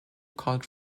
called